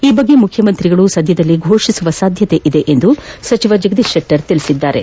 ಈ ಬಗ್ಗೆ ಮುಖ್ಯಮಂತ್ರಿ ಸಧ್ಯದಲ್ಲೇ ಥೋಷಿಸುವ ಸಾಧ್ಯತೆಯಿದೆ ಎಂದು ಜಗದೀಶ್ ಶೆಟ್ಟರ್ ತಿಳಿಸಿದ್ದಾರೆ